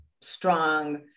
strong